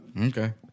Okay